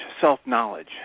self-knowledge